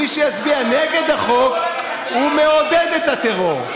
מי שיצביע נגד החוק מעודד את הטרור.